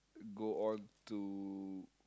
go on to